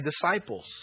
disciples